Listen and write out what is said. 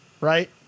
Right